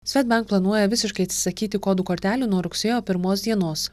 swedbank planuoja visiškai atsisakyti kodų kortelių nuo rugsėjo pirmos dienos